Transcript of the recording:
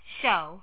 show